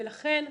ולכן,